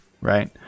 right